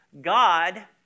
God